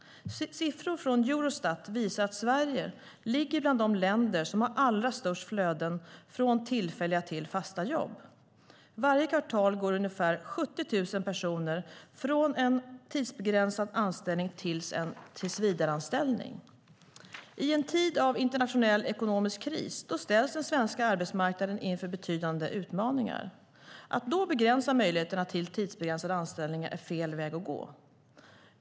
Siffror från Eurostat visar att Sverige finns med bland de länder som har allra störst flöden från tillfälliga till fasta jobb. Varje kvartal går ungefär 70 000 personer från en tidsbegränsad anställning till en tillsvidareanställning. I en tid av internationell ekonomisk kris ställs den svenska arbetsmarknaden inför betydande utmaningar. Att då begränsa möjligheterna till tidsbegränsade anställningar är fel väg att gå.